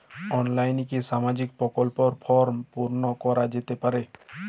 অনলাইনে কি সামাজিক প্রকল্পর ফর্ম পূর্ন করা যেতে পারে?